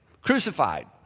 crucified